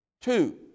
Two